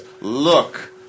Look